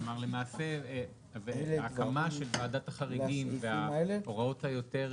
כלומר למעשה ההקמה של ועדת החריגים וההוראות היותר